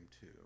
two